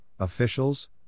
officials